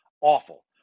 Awful